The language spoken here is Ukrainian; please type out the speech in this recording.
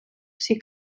всій